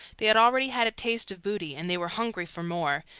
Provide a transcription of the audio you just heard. they had already had a taste of booty, and they were hungry for more,